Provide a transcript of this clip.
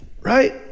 right